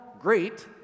Great